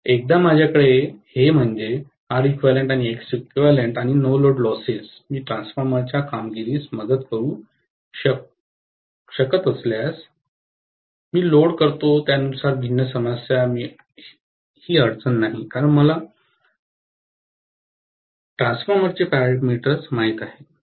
एकदा माझ्याकडे हे म्हणजे Req Xeq आणि नो लोड लॉसेस मी ट्रान्सफॉर्मरच्या कामगिरीस मदत करू शकू ज्यास मी लोड करतो त्यानुसार भिन्न समस्या अडचण नाही कारण मला ट्रान्सफॉर्मरचे पॅरामीटर्स माहित आहेत